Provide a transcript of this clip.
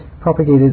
propagated